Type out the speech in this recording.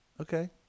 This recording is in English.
Okay